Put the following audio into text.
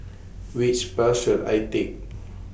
Which Bus should I Take